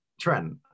Trent